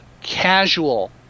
casual